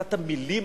מכבסת המלים הזאת.